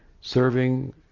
Serving